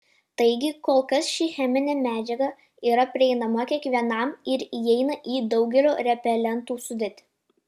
taigi kol kas ši cheminė medžiaga yra prieinama kiekvienam ir įeina į daugelio repelentų sudėtį